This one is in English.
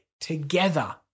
together